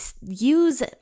use